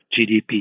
GDP